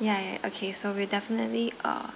yeah yeah okay so we'll definitely uh